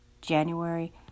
January